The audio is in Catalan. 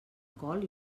col